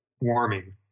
warming